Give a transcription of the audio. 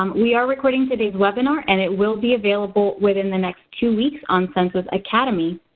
um we are recording today's webinar, and it will be available within the next two weeks on census academy.